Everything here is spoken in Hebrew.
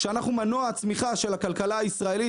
שאנחנו מנוע הצמיחה של הכלכלה הישראלית.